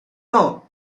know